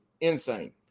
insane